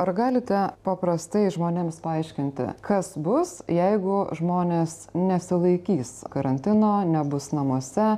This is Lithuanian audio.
ar galite paprastai žmonėms paaiškinti kas bus jeigu žmonės nesilaikys karantino nebus namuose